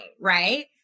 right